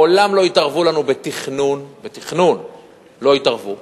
מעולם לא התערבו לנו בתכנון, בתכנון לא התערבו.